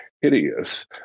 hideous